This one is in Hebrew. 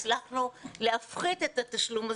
הצלחנו להפחית את התשלום הזה.